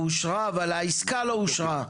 אושרה אבל העסקה לא אושרה.